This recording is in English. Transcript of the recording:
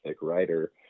writer